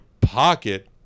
pocket